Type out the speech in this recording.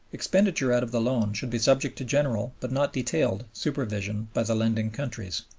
expenditure out of the loan should be subject to general, but not detailed, supervision by the lending countries.